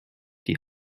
die